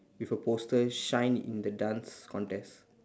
with a poster shine in the dance contest